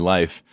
Life